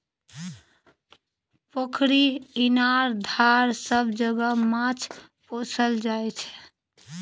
पोखरि, इनार, धार सब जगह माछ पोसल जाइ छै